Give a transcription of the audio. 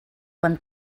quan